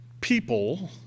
people